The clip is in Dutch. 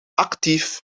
actief